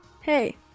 Hey